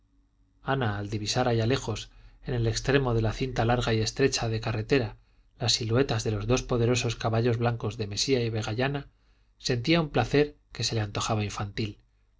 ana al divisar allá lejos en el extremo de la cinta larga y estrecha de carretera las siluetas de los dos poderosos caballos blancos de mesía y vegallana sentía un placer que se le antojaba infantil